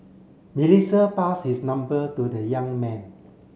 Melissa pass his number to the young man